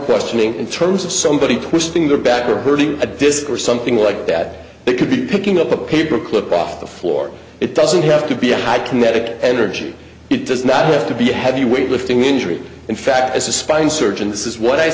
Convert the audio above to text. questioning and terms of somebody twisting the back or hurting a disk or something like that it could be picking up a paper clip off the floor it doesn't have to be a high kinetic energy it does not have to be a heavy weight lifting injury in fact as a spine surgeon this is what i